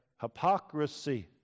hypocrisy